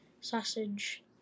sausage